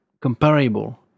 comparable